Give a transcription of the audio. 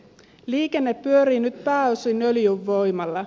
liikenne pyörii nyt pääosin öljyn voimalla